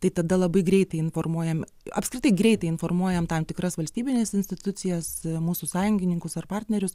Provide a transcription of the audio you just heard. tai tada labai greitai informuojami apskritai greitai informuojam tam tikras valstybines institucijas mūsų sąjungininkus ar partnerius